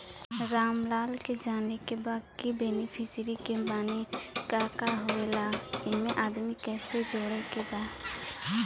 रामलाल के जाने के बा की बेनिफिसरी के माने का का होए ला एमे आदमी कैसे जोड़े के बा?